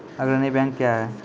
अग्रणी बैंक क्या हैं?